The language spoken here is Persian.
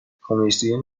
کمیسیون